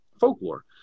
folklore